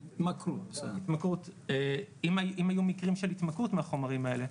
אם היו מקרים של התמכרות מהחומרים האלה?